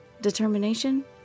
Determination